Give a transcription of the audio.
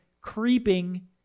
creeping